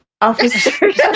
Officers